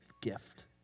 gift